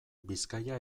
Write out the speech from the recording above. bizkaia